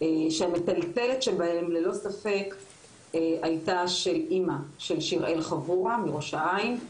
שהמטלטלת שבהן ללא ספק הייתה של אימא של שיראל חבורה מראש העין,